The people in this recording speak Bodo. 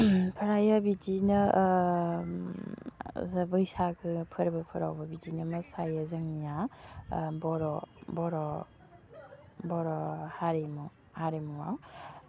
ओमफ्रायो बिदिनो जे बैसागो फोरबोफ्रावबो बिदिनो मोसायो जोंनिया बर' बर' बर' हारिमु हारिमुआव